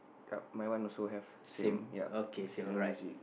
yup my one also have same yup lemme see